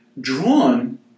drawn